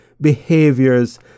behaviors